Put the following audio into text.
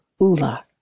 Ula